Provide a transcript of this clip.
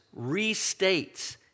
restates